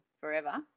forever